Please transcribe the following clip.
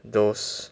those